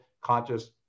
conscious